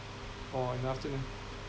or in the afternoon